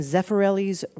Zeffirelli's